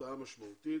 הרתעה משמעותית.